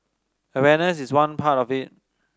awareness is one part of it